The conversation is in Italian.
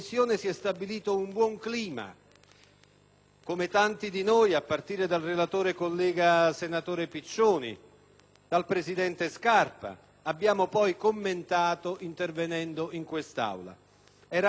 come tanti di noi, a partire dal relatore senatore Piccioni e dal presidente Scarpa Bonazza Buora, abbiamo poi commentato intervenendo in quest'Aula. Eravamo, noi del Partito Democratico,